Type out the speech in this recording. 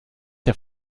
der